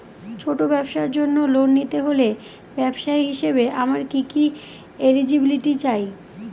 ছোট ব্যবসার জন্য লোন নিতে হলে ব্যবসায়ী হিসেবে আমার কি কি এলিজিবিলিটি চাই?